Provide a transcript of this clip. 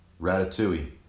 Ratatouille